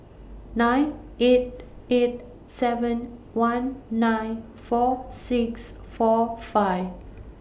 nine eight eight seven one nine four six four five